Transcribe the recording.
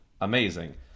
amazing